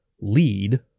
lead